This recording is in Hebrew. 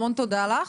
המון תודה לך,